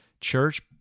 church